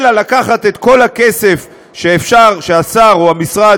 אלא לקחת את כל הכסף שאפשר שהשר או המשרד